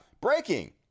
Breaking